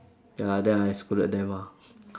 ya then I scolded them ah